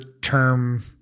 term